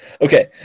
Okay